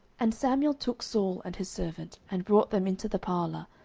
and samuel took saul and his servant, and brought them into the parlour,